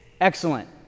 Excellent